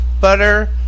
butter